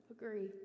agree